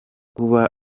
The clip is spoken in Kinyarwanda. kuba